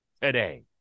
today